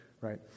Right